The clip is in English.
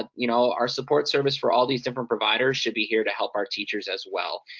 ah you know, our support service for all these different providers should be here to help our teachers, as well.